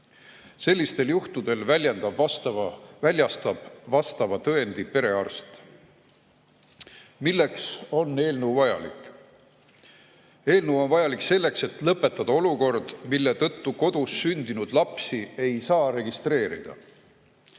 Sellistel juhtudel väljastab vastava tõendi perearst. Milleks on eelnõu vajalik? Eelnõu on vajalik selleks, et lõpetada olukord, mille tõttu kodus sündinud lapsi ei saa registreerida.